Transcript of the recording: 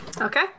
Okay